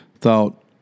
thought